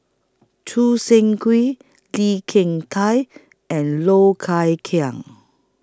Choo Seng Quee Lee Kin Tat and Low Thia Khiang